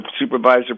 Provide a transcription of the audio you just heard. Supervisor